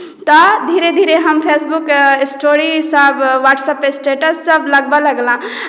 तऽ धीरे धीरे हम फेसबुकके स्टोरीसभ व्हाट्सएपपर स्टेटससभ लगबय लगलहुँ